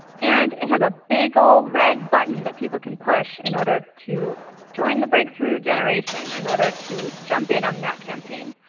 and it has a big old red button that people can push in order to join the breakthrough generation in order to jump in on that campaign.